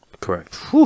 Correct